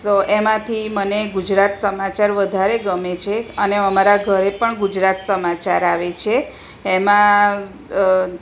તો એમાંથી મને ગુજરાત સમાચાર વધારે ગમે છે અને અમારા ઘરે પણ ગુજરાત સમાચાર આવે છે એમાં